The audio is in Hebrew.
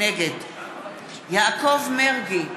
נגד יעקב מרגי,